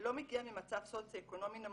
לא מגיעה ממצב סוציו אקונומי נמוך,